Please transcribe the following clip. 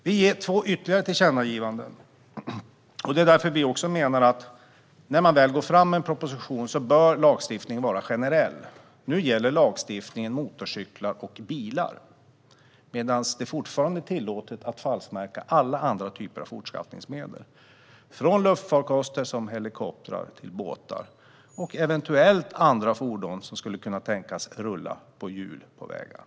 Vi föreslår två ytterligare tillkännagivanden. När regeringen väl går fram med en proposition bör lagstiftningen vara generell. Nu gäller lagstiftningen motorcyklar och bilar medan det fortfarande är tillåtet att falskmärka alla andra typer av fortskaffningsmedel - från luftfarkoster och helikoptrar till båtar och eventuellt andra fordon som skulle kunna tänkas rulla på hjul på vägarna.